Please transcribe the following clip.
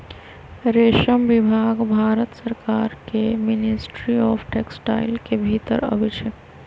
रेशम विभाग भारत सरकार के मिनिस्ट्री ऑफ टेक्सटाइल के भितर अबई छइ